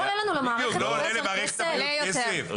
לא עונה לנו למערכת הרבה יותר כסף?